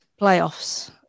playoffs